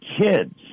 kids